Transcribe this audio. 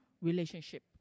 relationship